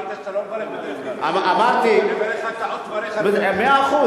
אמרת שאתה לא מברך, אמרתי, מאה אחוז.